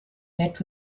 met